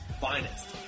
finest